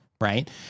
right